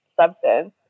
substance